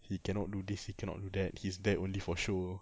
he cannot do this he cannot do that he's there only for show